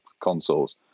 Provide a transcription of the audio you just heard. consoles